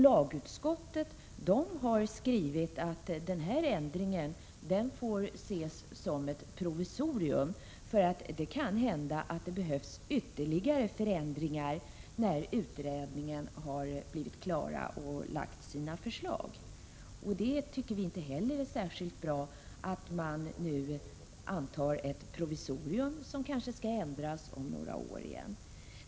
Lagutskottet har skrivit att denna ändring får ses som ett provisorium, för det kan hända att det behövs ytterligare förändringar när utredningen har blivit klar och lagt fram sina förslag. Vi tycker inte heller att det är särskilt bra att man nu antar ett provisorium, som kanske skall ändras om några år igen.